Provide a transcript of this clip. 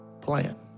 plan